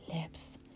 lips